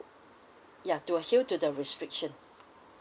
ya to adhere to the restriction